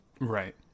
Right